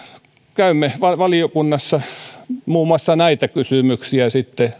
käymme valiokunnassa muun muassa näitä kysymyksiä